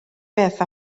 beth